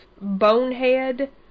bonehead